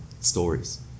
stories